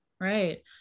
Right